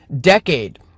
decade